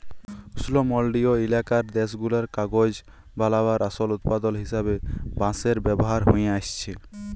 উস্লমলডলিয় ইলাকার দ্যাশগুলায় কাগজ বালাবার আসল উৎপাদল হিসাবে বাঁশের ব্যাভার হঁয়ে আইসছে